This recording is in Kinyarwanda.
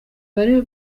bari